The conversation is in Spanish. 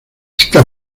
está